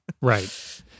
right